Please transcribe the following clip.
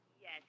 Yes